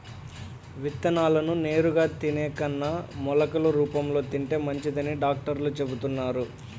విత్తనాలను నేరుగా తినే కన్నా మొలకలు రూపంలో తింటే మంచిదని డాక్టర్లు చెబుతున్నారు